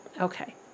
okay